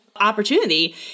opportunity